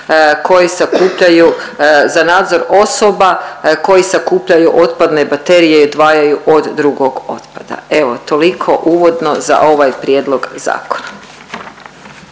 koje sakupljaju, za nadzor osoba koji sakupljaju otpadne baterije i odvajaju od drugog otpada. Evo, toliko uvodno za ovaj Prijedlog zakona.